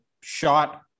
shot